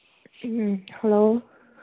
ꯎꯝ hello